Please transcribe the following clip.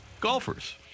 golfers